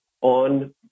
on